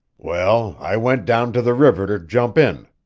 well, i went down to the river to jump in,